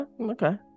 okay